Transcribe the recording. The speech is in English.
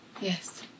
Yes